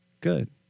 good